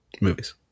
movies